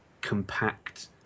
compact